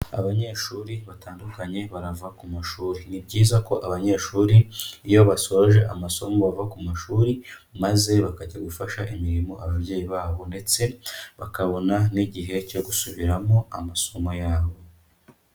Abanyeshuri batandukanye barava ku mashuri, ni byiza ko abanyeshuri iyo basoje amasomo bava ku mashuri maze bakajya gufasha imirimo ababyeyi babo ndetse bakabona n'igihe cyo gusubiramo amasomo yabo.